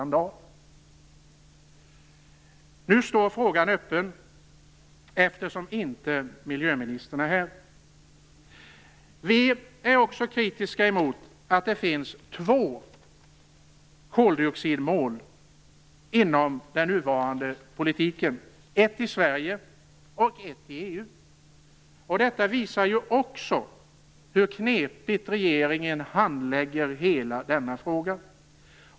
Nu står frågan öppen eftersom miljöministern inte är här. Vi är också kritiska mot att det finns två koldioxidmål inom den nuvarande politiken, ett i Sverige och ett i EU. Det visar också hur knepigt regeringen handlägger hela denna fråga.